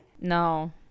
no